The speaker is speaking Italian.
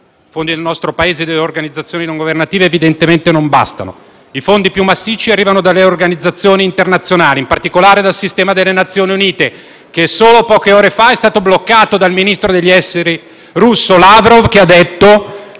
I fondi del nostro Paese e delle organizzazioni non governative evidentemente non bastano: i fondi più massicci arrivano dalle organizzazioni internazionali, in particolare dal sistema delle Nazioni Unite, che solo poche ore fa è stato bloccato dal ministro degli esteri russo, Lavrov, che ha detto